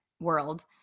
world